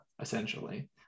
essentially